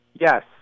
Yes